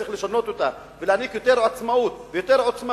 צריך לשנות אותה ולהעניק יותר עצמאות ויותר עוצמה